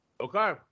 Okay